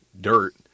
dirt